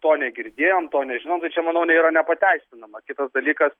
to negirdėjom to nežinom tai čia manau yra nepateisinama kitas dalykas